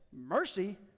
mercy